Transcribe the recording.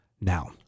Now